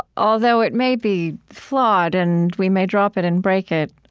although it may be flawed, and we may drop it and break it.